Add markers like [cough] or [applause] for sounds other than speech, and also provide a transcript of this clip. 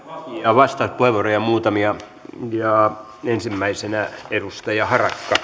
vastauspuheenvuoroja on muutamia ensimmäisenä edustaja harakka [unintelligible]